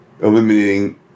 eliminating